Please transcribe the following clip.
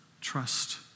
Trust